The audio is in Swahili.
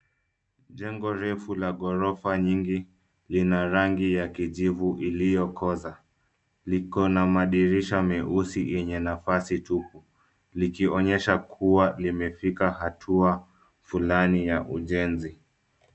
Jengo refu la ghorofa nyingi zina rangi ya kijivu iliyokoza. Liko na madirisha meusi yenye nafasi tupu likionyesha kuwa limefika hatua fulani ya ujenzi.